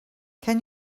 can